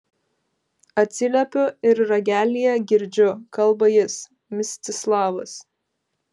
atsiliepiu ir ragelyje girdžiu kalba jis mstislavas